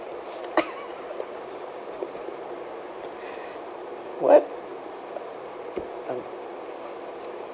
what